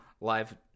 Live